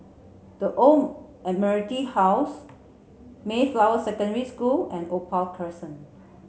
the Old Admiralty House Mayflower Secondary School and Opal Crescent